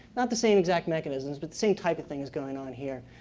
not the same exact mechanisms, but same type of thing is going on here,